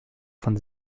von